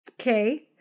okay